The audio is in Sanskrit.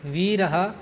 वीरः